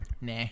Nah